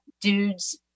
dudes